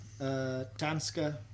Tanska